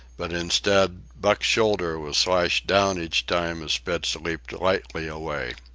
but instead, buck's shoulder was slashed down each time as spitz leaped lightly away.